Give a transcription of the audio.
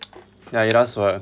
ya it does work